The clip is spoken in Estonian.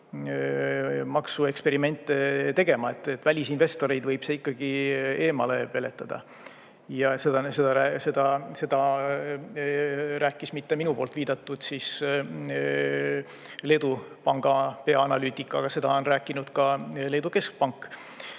maksueksperimente tegema, välisinvestoreid võib see ikkagi eemale peletada. Ja seda rääkis mitte minu poolt viidatud Leedu panga peaanalüütik, aga seda on rääkinud ka Leedu keskpank.